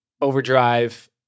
overdrive